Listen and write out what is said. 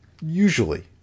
usually